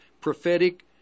prophetic